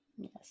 yes